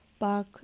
Back